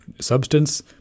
substance